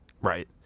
Right